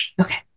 Okay